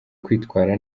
kwitwara